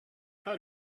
how